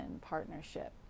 partnership